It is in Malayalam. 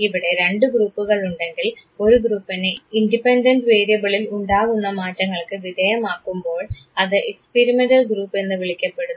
ഇവിടെ രണ്ട് ഗ്രൂപ്പുകൾ ഉണ്ടെങ്കിൽ ഒരു ഗ്രൂപ്പിനെ ഇൻഡിപെൻഡൻറ് വേരിയബിളിൽ ഉണ്ടാകുന്ന മാറ്റങ്ങൾക്ക് വിധേയമാക്കുമ്പോൾ അത് എക്സ്പിരിമെൻറൽ ഗ്രൂപ്പ് എന്ന് വിളിക്കപ്പെടുന്നു